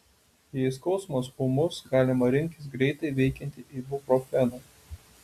jei skausmas ūmus galima rinktis greitai veikiantį ibuprofeną